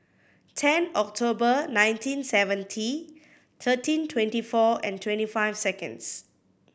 ten October nineteen seventy thirteen twenty four and twenty five seconds